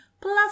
plus